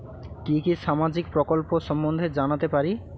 কি কি সামাজিক প্রকল্প সম্বন্ধে জানাতে পারি?